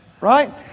Right